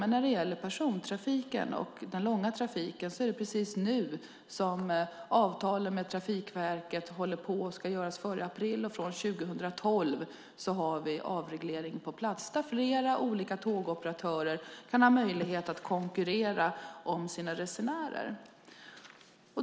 Men när det gäller persontrafiken och trafiken på de långa sträckorna ska avtalen med Trafikverket träffas före april, och 2012 ska avregleringen vara på plats, så att flera olika tågoperatörer har möjlighet att konkurrera om resenärerna.